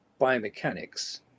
biomechanics